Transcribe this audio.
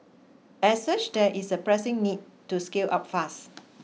as such there is a pressing need to scale up fast